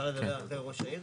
תומר גלאם